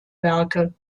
werke